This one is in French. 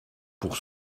pour